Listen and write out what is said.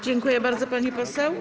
Dziękuję bardzo, pani poseł.